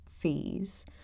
Fees